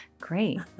Great